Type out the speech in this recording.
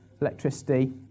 electricity